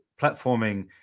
platforming